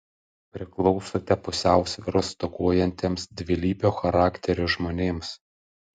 priklausote pusiausvyros stokojantiems dvilypio charakterio žmonėms